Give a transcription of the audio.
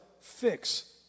fix